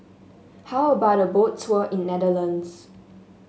how about a Boat Tour in Netherlands